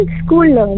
school